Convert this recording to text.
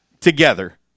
together